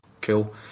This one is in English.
cool